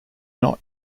not